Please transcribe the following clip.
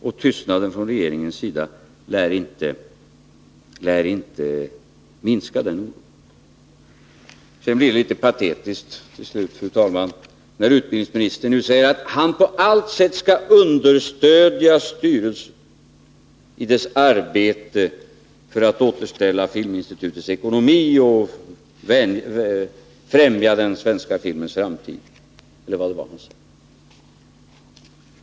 Och tystnaden från regeringens sida lär inte minska den oron. Sedan blev det litet patetiskt till slut, fru talman, när utbildningsministern sade att han på allt sätt skall understödja styrelsen i dess arbete för att återställa Filminstitutets ekonomi och främja den svenska filmens framtid — eller vad det var han sade.